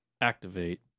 Activate